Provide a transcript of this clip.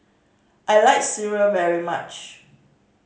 I like sireh very much